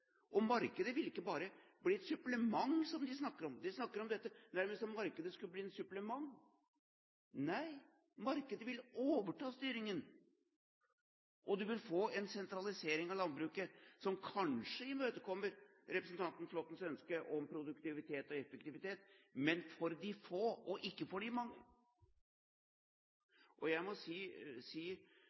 ned. Markedet vil ikke bare bli et supplement, som de snakker om – de snakker om dette nærmest som om markedet skulle bli et supplement. Nei, markedet vil overta styringen. Man vil få en sentralisering av landbruket som kanskje imøtekommer representanten Flåttens ønske om produktivitet og effektivitet – men for de få, ikke for de mange. Jeg må si